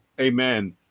Amen